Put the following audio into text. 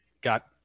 got